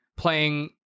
playing